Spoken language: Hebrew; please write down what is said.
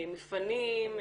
מפנים,